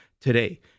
today